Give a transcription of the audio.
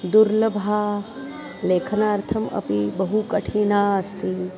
दुर्लभा लेखनार्थम् अपि बहु कठिना अस्ति